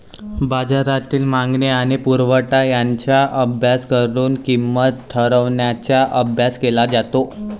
बाजारातील मागणी आणि पुरवठा यांचा अभ्यास करून किंमत ठरवण्याचा अभ्यास केला जातो